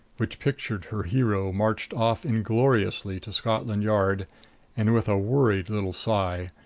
which pictured her hero marched off ingloriously to scotland yard and with a worried little sigh,